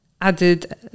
added